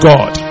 God